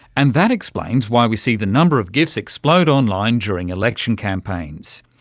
and that explains why we see the number of gifs explode online during election campaigns.